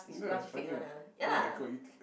ya it's funny what oh-my-god you